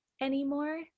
anymore